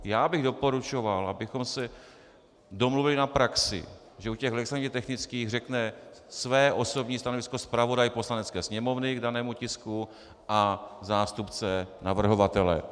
Já bych doporučoval, abychom se domluvili na praxi, že u legislativně technických řekne své osobní stanovisko zpravodaj Poslanecké sněmovny k danému tisku a zástupce navrhovatele.